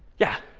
yeah.